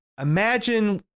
imagine